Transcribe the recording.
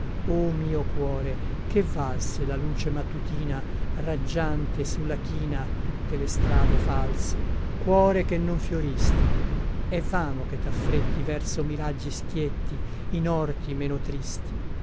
o mio cuore che valse la luce mattutina raggiante sulla china tutte le strade false cuore che non fioristi è vano che taffretti verso miraggi schietti in orti meno tristi